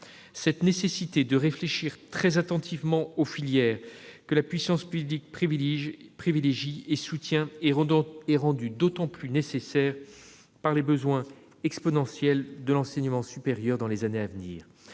Cette nécessité de réfléchir très attentivement aux filières que la puissance publique privilégie et soutient est rendue d'autant plus nécessaire que les besoins de l'enseignement supérieur seront exponentiels